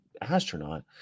astronaut